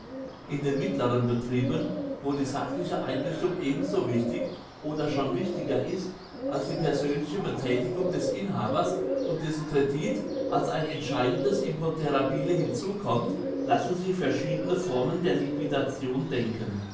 in den mittleren betrieben wo die sachliche einrichtung ebenso wichtig oder schon wichtiger ist als die persönliche bethätigung des inhabers und dessen credit als ein entscheidendes imponderabile hinzukommt lassen sich verschiedene formen der liquidation denken